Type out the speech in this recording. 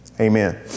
Amen